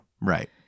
Right